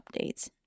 updates